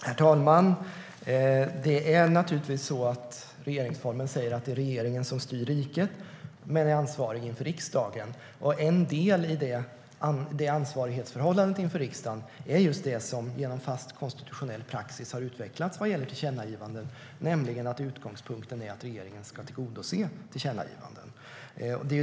Herr talman! Regeringsformen säger att regeringen styr riket men att den är ansvarig inför riksdagen. En del i det ansvarighetsförhållandet inför riksdagen är just det som genom fast konstitutionell praxis har utvecklats vad gäller tillkännagivanden, nämligen att utgångspunkten är att regeringen ska tillgodose tillkännagivanden.